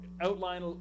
outline